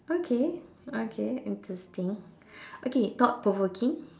okay okay interesting okay thought provoking